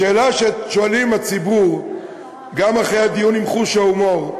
השאלה ששואלים בציבור גם אחרי הדיון עם חוש ההומור,